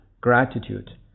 Gratitude